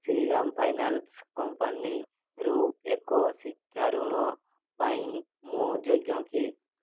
Shriram finance କମ୍ପାନୀରୁ ଏକ ଶିକ୍ଷା ଋଣ ପାଇଁ ମୁଁ ଯୋଗ୍ୟ କି